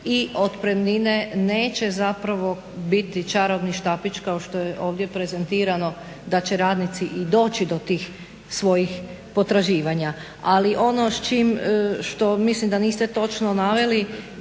i otpremnine neće zapravo biti čarobni štapić kao što je ovdje prezentirano da će radnici i doći do tih svojih potraživanja. Ali, ono što mislim da niste točno naveli